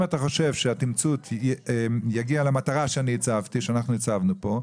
אם אתה חושב שהתמצות יגיע למטרה שאנחנו הצבנו פה,